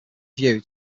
view